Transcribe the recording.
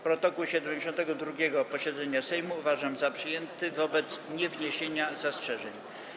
Protokół 72. posiedzenia Sejmu uważam za przyjęty wobec niewniesienia zastrzeżeń.